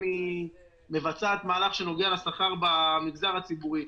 היא מבצעת מהלך שנוגע לשכר במגזר הציבורי.